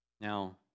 Now